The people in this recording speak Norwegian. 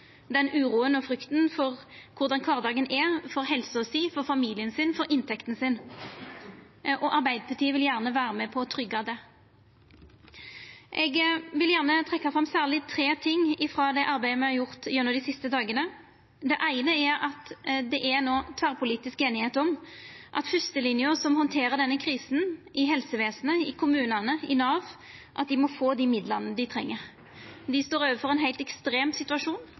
og frykta for korleis kvardagen er, for helsa, for familien, for inntekta. Arbeidarpartiet vil gjerne vera med på å tryggja det. Eg vil gjerne trekkja fram særleg tre ting frå det arbeidet me har gjort gjennom dei siste dagane. Det eine er at det no er tverrpolitisk einigheit om at fyrstelinja som handterer denne krisa – i helsevesenet, i kommunane, i Nav – må få dei midlane dei treng. Dei står overfor ein heilt ekstrem situasjon,